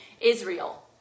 Israel